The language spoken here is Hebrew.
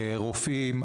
רופאים,